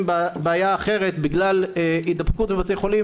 עם בעיה אחרת בגלל הידבקות בבתי החולים,